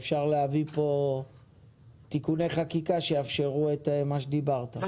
אפשר להביא פה תיקוני חקיקה שיאפשרו את מה שדיברת.